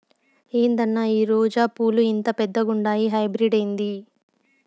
ఏందన్నా ఈ రోజా పూలు ఇంత పెద్దగుండాయి హైబ్రిడ్ ఏంది